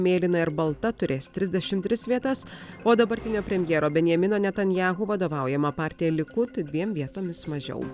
mėlyna ir balta turės trisdešimt tris vietas o dabartinio premjero benjamino netanyahu vadovaujama partija likud dviem vietomis mažiau